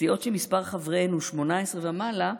סיעות שמספר חבריהן הוא 18 ומעלה,